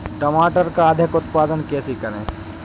मटर का अधिक उत्पादन कैसे करें?